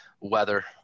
weather